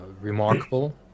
remarkable